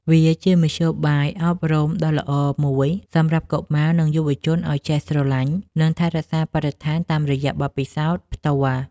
វាជាមធ្យោបាយអប់រំដ៏ល្អមួយសម្រាប់កុមារ និងយុវជនឱ្យចេះស្រឡាញ់ និងថែរក្សាបរិស្ថានតាមរយៈបទពិសោធន៍ផ្ទាល់។